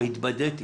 התבדיתי.